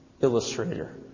illustrator